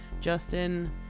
Justin